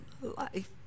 life